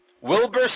Wilbur